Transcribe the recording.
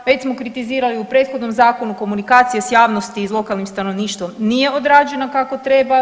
Već smo kritizirali u prethodnom zakonu komunikacije s javnosti i s lokalnim stanovništvom nije odrađeno kako treba.